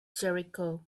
jericho